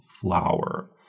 flower